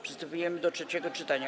Przystępujemy do trzeciego czytania.